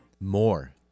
More